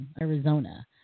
Arizona